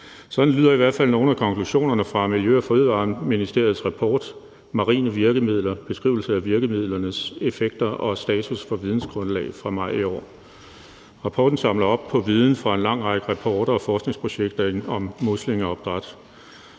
Sådan lyder i hvert fald nogle af konklusionerne fra Miljø- og Fødevareministeriets rapport »Marine virkemidler – beskrivelse af virkemidlernes effekter og status for vidensgrundlag« fra maj i år. Rapporten samler op på viden fra en lang række rapporter og forskningsprojekter om muslingeopdræt.